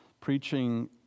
preaching